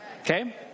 Okay